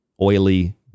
oily